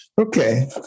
Okay